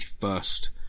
first